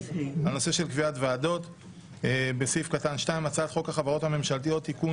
קביעת ועדה לדיון בהצעת חוק החברות הממשלתיות (תיקון